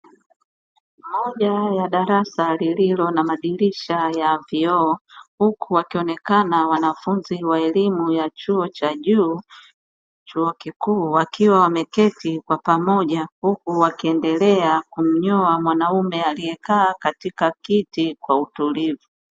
Moja ya darasa lililo na madirisha ya vioo huku wakionekana wanafunzi wa elimu ya chuo cha juu, chuo kikuu wakiwa wameketi kwa pamoja huku wakiendelea kumnyoa mwanaume aliyekaa katika kiti kwa utulivu.